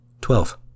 Twelve